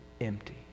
empty